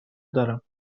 دارم